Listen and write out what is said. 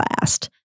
last